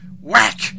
Whack